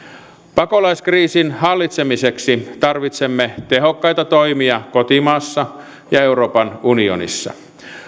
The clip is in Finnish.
pakolaiskriisin hallitsemiseksi tarvitsemme tehokkaita toimia kotimaassa ja euroopan unionissa